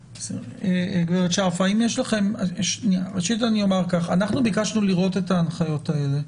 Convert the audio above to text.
גברת שארף, אנחנו ביקשנו לראות את ההנחיות האלה.